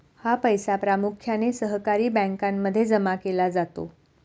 हा पैसा प्रामुख्याने सहकारी बँकांमध्ये जमा केला जातो